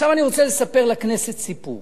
עכשיו אני רוצה לספר לכנסת סיפור.